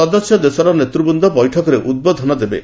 ସଦସ୍ୟ ଦେଶର ନେତୃବୃନ୍ଦ ବୈଠକରେ ଉଦ୍ବୋଧନ ଦେବେ